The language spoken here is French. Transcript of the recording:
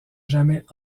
jamais